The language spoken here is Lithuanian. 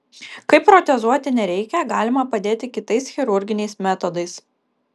kai protezuoti nereikia galima padėti kitais chirurginiais metodais